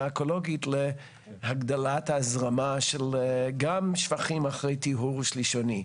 אקולוגית להגדלת ההזרמה גם של שפכים אחרי טיהור שלישוני,